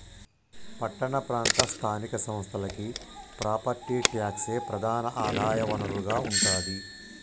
పట్టణ ప్రాంత స్థానిక సంస్థలకి ప్రాపర్టీ ట్యాక్సే ప్రధాన ఆదాయ వనరుగా ఉంటాది